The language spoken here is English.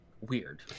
weird